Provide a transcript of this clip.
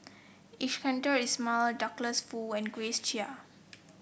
Iskandar Ismail Douglas Foo and Grace Chia